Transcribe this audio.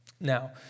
Now